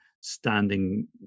standing